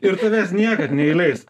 ir tavęs niekad neįleis